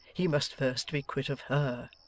he must first be quit of her.